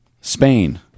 spain